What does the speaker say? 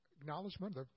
acknowledgement